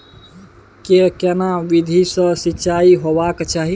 के केना विधी सॅ सिंचाई होबाक चाही?